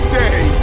day